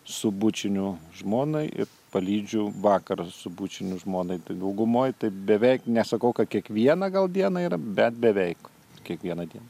su bučiniu žmonai ir palydžiu vakarą su bučiniu žmonai tai daugumoj tai beveik nesakau kad kiekvieną gal dieną yra bet beveik kiekvieną dieną